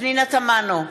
פנינה תמנו,